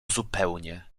zupełnie